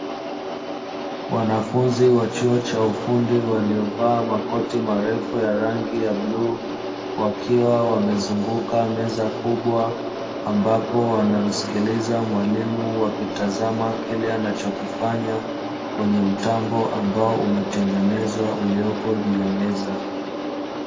Wanafunzi wa chuo cha ufundi waliovaa makoti marefu ya rangi ya bluu, wakiwa wamezunguka meza kubwa, ambapo wanamsikiliza mwalimu, wakitazama kile anachokifanya kwenye mtambo, ambao umetengenezwa uliopo juu ya meza.